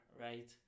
right